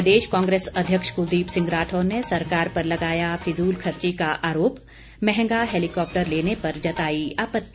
प्रदेश कांग्रेस अध्यक्ष कुलदीप सिंह राठौर ने सरकार पर लगाया फिजूल खर्ची का आरोप महंगा हैलीकॉप्टर लेने पर जताई आपत्ति